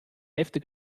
hälfte